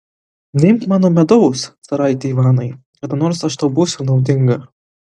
neimk mano medaus caraiti ivanai kada nors aš tau būsiu naudinga